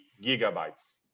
gigabytes